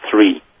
three